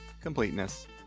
completeness